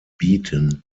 bieten